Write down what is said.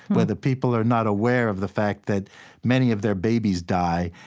where the people are not aware of the fact that many of their babies die,